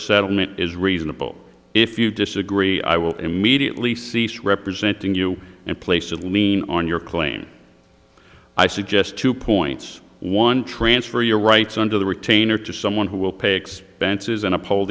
settlement is reasonable if you disagree i will immediately cease representing you and place of lien on your claim i suggest two points one transfer your rights under the retainer to someone who will pay expenses